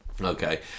Okay